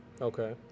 Okay